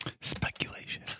Speculation